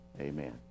Amen